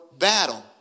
battle